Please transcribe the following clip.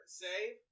save